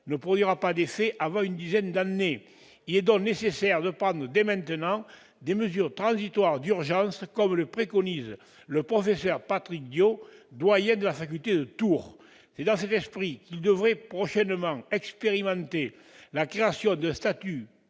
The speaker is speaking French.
ne produira pas d'effets avant une dizaine d'années. Il est donc nécessaire de prendre dès maintenant des mesures transitoires d'urgence, comme le préconise le professeur Patrice Diot, doyen de la faculté de Tours. C'est dans cet esprit que celui-ci devrait prochainement expérimenter la création d'un statut